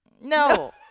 No